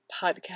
podcast